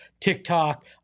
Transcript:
TikTok